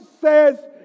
says